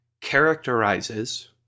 characterizes